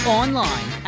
online